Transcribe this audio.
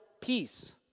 peace